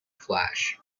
flash